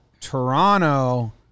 Toronto